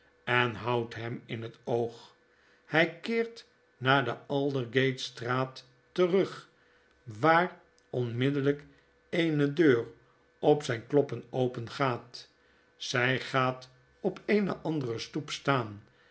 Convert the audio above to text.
en houdt hem in het oog hij keert naar de aldersgate straat terug waar onmiddellijk eene deur op zijn kloppen opengaat zij gaat op eene andere stoep staan